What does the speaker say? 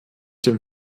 dem